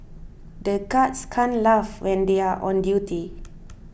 the guards can't laugh when they are on duty